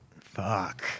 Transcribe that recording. Fuck